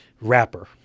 wrapper